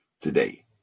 today